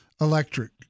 electric